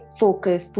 focus